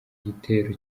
gitero